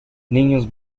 niños